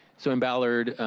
so in ballard